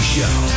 Show